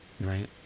Right